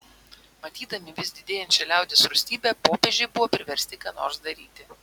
matydami vis didėjančią liaudies rūstybę popiežiai buvo priversti ką nors daryti